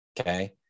okay